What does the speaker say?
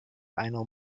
einer